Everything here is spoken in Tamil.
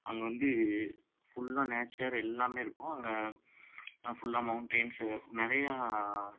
அங்கே வந்து ஃபுல்லாக நேச்சர் எல்லாமே இருக்கும் அங்கே ஃபுல்லாக மௌண்டென்ஸு நிறையா